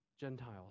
Gentiles